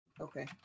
Okay